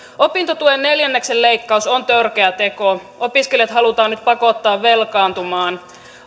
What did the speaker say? opintotuen neljänneksen leikkaus on törkeä teko opiskelijat halutaan nyt pakottaa velkaantumaan